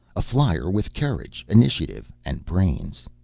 a flyer with courage, initiative and brains.